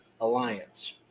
Alliance